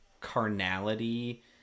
carnality